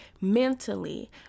mentally